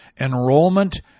Enrollment